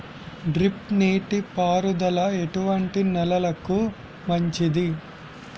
Drip నీటి పారుదల ఎటువంటి నెలలకు మంచిది?